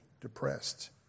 depressed